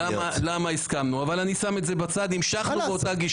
מיכל, את בקריאה שנייה, ועוד פעם אני מוציא אותך.